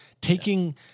taking